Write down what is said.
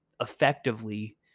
effectively